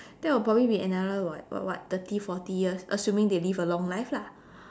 that'll be probably be another what about what thirty forty years assuming they live a long life lah